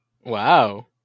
Wow